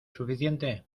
suficiente